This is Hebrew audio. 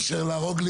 מאשר להרוג.